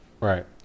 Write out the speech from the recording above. Right